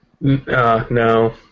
No